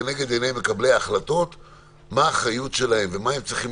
יש לכם את הסמכות לבדוק כל צעד וצעד,